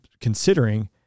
considering